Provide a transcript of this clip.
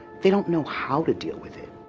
they don't know how to deal with it.